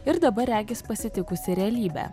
ir dabar regis pasitikusi realybę